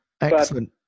excellent